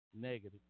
negative